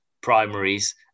primaries